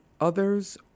others